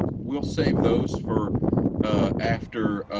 we'll save those for after